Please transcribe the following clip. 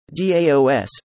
DAOS